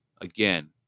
again